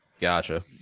Gotcha